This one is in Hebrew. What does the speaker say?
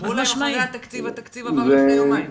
אמרו להם אחרי התקציב, התקציב עבר לפני יומיים.